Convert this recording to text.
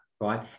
right